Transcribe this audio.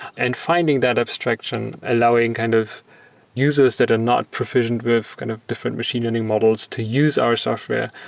and finding that abstraction, allowing kind of users that are not proficient with kind of different machine learning models to use our software.